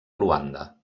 luanda